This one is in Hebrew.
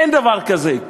אין דבר כזה,